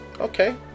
Okay